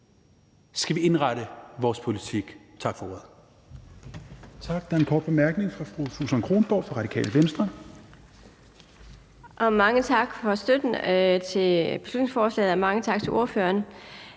skal vi indrette vores politik.